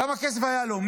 כמה כסף היה לו?